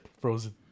frozen